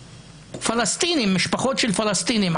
משפחות של פלסטינים,